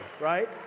right